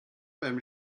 beim